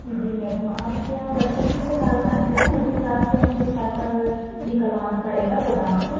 जी madam आप के यहाँ बच्चा कितने साल का है मैडम उस हिसाब से हम को साईकल निकलवाना पड़ेगा गोदाम से